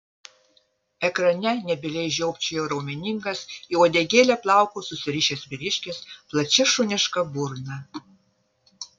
ekrane nebyliai žiopčiojo raumeningas į uodegėlę plaukus susirišęs vyriškis plačia šuniška burna